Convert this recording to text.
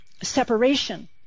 separation